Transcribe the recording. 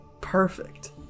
Perfect